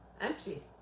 Empty